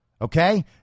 Okay